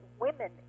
women